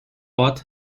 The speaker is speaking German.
ort